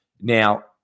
Now